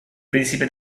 príncipe